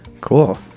cool